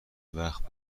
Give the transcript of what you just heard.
وقت